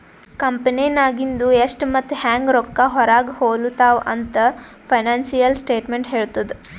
ಕಂಪೆನಿನಾಗಿಂದು ಎಷ್ಟ್ ಮತ್ತ ಹ್ಯಾಂಗ್ ರೊಕ್ಕಾ ಹೊರಾಗ ಹೊಲುತಾವ ಅಂತ್ ಫೈನಾನ್ಸಿಯಲ್ ಸ್ಟೇಟ್ಮೆಂಟ್ ಹೆಳ್ತುದ್